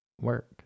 work